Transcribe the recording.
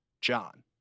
John